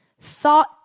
thought